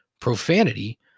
profanity